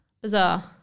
Bizarre